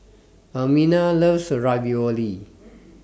Ermina loves Ravioli